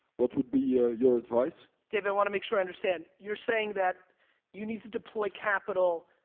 what would be ah your advice? david, i want to make sure i understand. you're saying that you need to deploy capital.